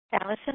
Allison